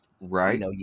Right